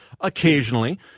occasionally